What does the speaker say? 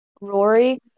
Rory